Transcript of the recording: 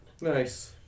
Nice